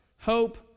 hope